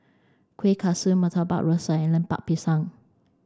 kueh kaswi murtabak rusa and lemper pisang